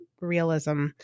realism